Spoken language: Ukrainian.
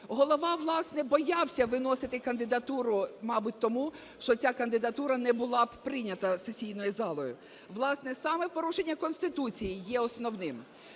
Голова, власне, боявся виносити кандидатуру, мабуть, тому, що ця кандидатура не була б прийнята сесійною залою. Власне, саме порушення Конституції є основним.